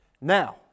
now